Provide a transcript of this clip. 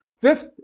Fifth